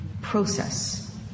process